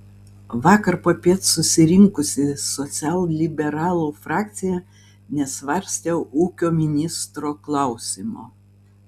vakar popiet susirinkusi socialliberalų frakcija nesvarstė ūkio ministro klausimo